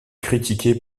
critiqué